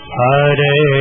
hare